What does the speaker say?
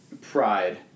pride